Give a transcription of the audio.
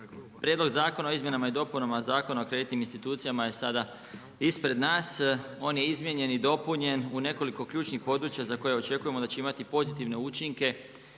Prijedlog zakona o izmjenama i dopunama Zakona o kreditnim institucijama je sada ispred nas. On je izmijenjen i dopunjen u nekoliko ključnih područja za koja očekujemo da će imati pozitivne učinke